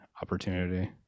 opportunity